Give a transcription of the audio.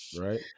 Right